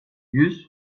yüz